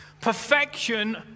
Perfection